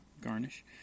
garnish